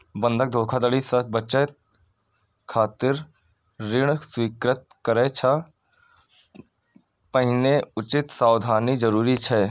बंधक धोखाधड़ी सं बचय खातिर ऋण स्वीकृत करै सं पहिने उचित सावधानी जरूरी छै